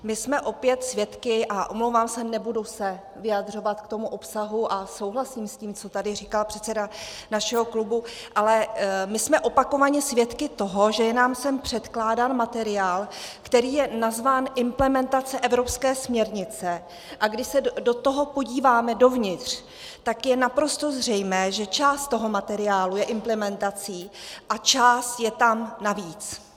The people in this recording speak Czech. My jsme opět svědky, a omlouvám se, nebudu se vyjadřovat k tomu obsahu a souhlasím s tím, co tady říkal předseda našeho klubu, ale my jsme opakovaně svědky toho, že je nám sem předkládán materiál, který je nazván Implementace evropské směrnice, a když se do toho podíváme, dovnitř, tak je naprosto zřejmé, že část toho materiálu je implementací a část je tam navíc.